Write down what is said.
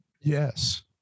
Yes